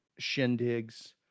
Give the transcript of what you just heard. shindigs